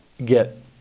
get